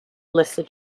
listed